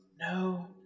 no